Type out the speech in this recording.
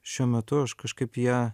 šiuo metu aš kažkaip ja